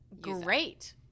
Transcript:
Great